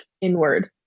inward